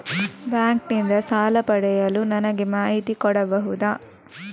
Bank ನಿಂದ ಸಾಲ ಪಡೆಯಲು ನನಗೆ ಮಾಹಿತಿ ಕೊಡಬಹುದ?